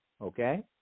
okay